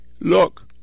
look